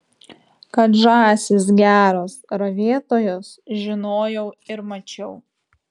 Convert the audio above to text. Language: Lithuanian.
kad žąsys geros ravėtojos žinojau ir mačiau